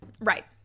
Right